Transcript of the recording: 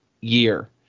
year